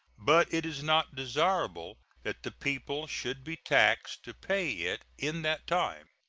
but it is not desirable that the people should be taxed to pay it in that time.